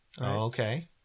okay